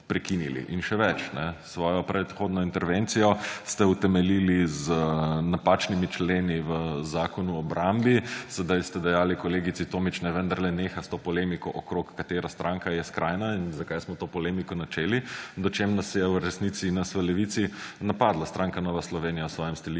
prekinili. In še več, svojo predhodno intervencijo ste utemeljili z napačnimi členi v Zakonu o obrambi. Sedaj ste dejali kolegici Tomić, naj vendarle neha s to polemiko okrog tega, katera stranka je skrajna in zakaj smo to polemiko načeli, medtem ko nas je v resnici v Levici napadla stranka Nova Slovenija v svojem stališču